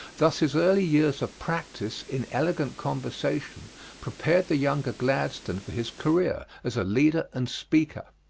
thus his early years of practise in elegant conversation prepared the younger gladstone for his career as a leader and speaker.